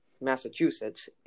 massachusetts